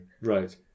Right